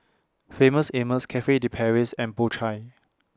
Famous Amos Cafe De Paris and Po Chai